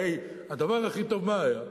הרי הדבר הכי טוב מה היה?